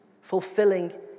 fulfilling